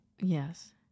Yes